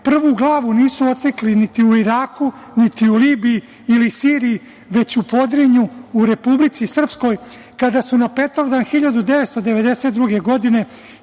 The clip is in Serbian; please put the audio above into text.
prvu glavu nisu odsekli niti u Iraku, niti u Libiji ili Siriji već u Podrinju u Republici Srpskoj kada su na Petrovdan 1992. godine